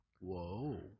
Whoa